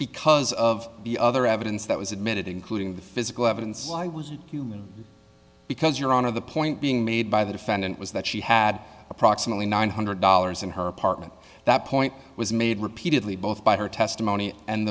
because of the other evidence that was admitted including the physical evidence why was it human because your honor the point being made by the defendant was that she had approximately nine hundred dollars in her apartment that point was made repeatedly both by her testimony and